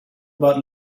about